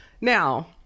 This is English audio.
Now